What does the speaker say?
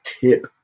tip